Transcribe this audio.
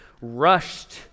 rushed